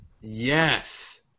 Yes